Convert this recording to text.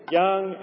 young